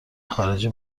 خارجی